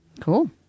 Cool